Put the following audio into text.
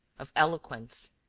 of eloquence,